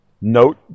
note